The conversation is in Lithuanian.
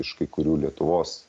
iš kai kurių lietuvos